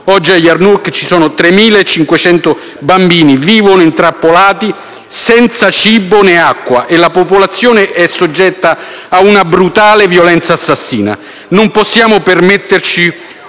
Oggi a Yarmouk 3.500 bambini vivono intrappolati senza cibo né acqua e la popolazione è soggetta ad una brutale violenza assassina. Non possiamo permetterci